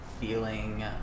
feeling